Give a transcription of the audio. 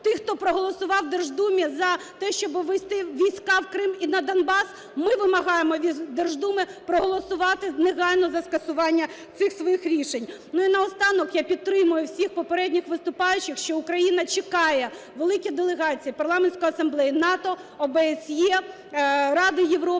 Тих, хто проголосував у Держдумі за те, що ввести війська в Крим і на Донбас? Ми вимагаємо від Держдуми проголосувати негайно за скасування цих своїх рішень. Ну і наостанок. Я підтримую всіх попередніх виступаючих, що Україна чекає великі делегації: Парламентську асамблею, НАТО, ОБСЄ, Раду Європи